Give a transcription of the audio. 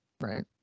right